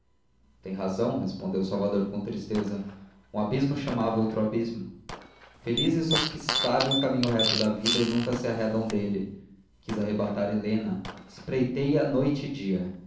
tem razão respondeu salvador com tristeza um abismo chamava outro abismo felizes os que sabem o caminho reto da vida e nunca se arredaram dele quis arrebatar helena espreitei a noite e dia